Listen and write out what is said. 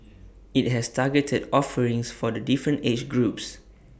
IT has targeted offerings for the different age groups